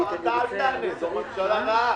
זו ממשלה רעה,